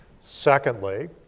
Secondly